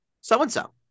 so-and-so